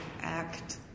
act